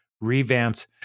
revamped